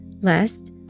Lest